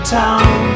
town